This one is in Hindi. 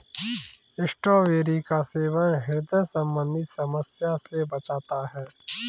स्ट्रॉबेरी का सेवन ह्रदय संबंधी समस्या से बचाता है